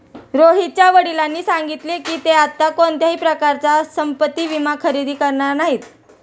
रोहितच्या वडिलांनी सांगितले की, ते आता कोणत्याही प्रकारचा संपत्ति विमा खरेदी करणार नाहीत